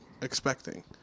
expecting